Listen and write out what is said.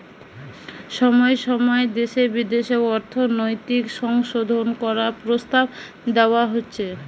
সময় সময় দেশে বিদেশে অর্থনৈতিক সংশোধন করার প্রস্তাব দেওয়া হচ্ছে